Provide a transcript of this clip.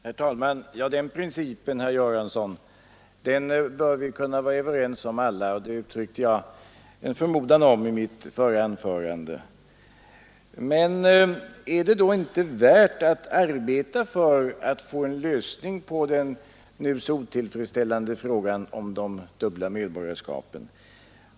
Herr talman! Ja, den principen, herr Göransson, bör vi alla kunna vara överens om. Jag uttryckte en förmodan därom i mitt förra anförande. Men är det då inte värt att arbeta på att försöka få en lösning på problemet med de dubbla medborgarskapen?